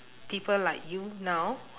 people like you now